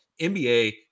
NBA